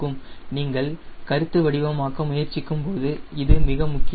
நீங்கள் கருத்து வடிவமாக்க முயற்சிக்கும் போது இது மிக முக்கியம்